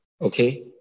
okay